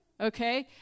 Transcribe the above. okay